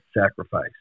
sacrifice